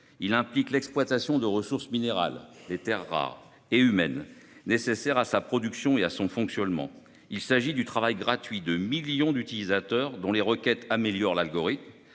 Il implique l'exploitation des ressources minérales- terres rares -et humaines nécessaires à sa production et à son fonctionnement. Il dépend du travail gratuit des millions d'utilisateurs dont les requêtes améliorent l'algorithme.